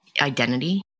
identity